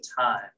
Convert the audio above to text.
time